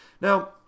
Now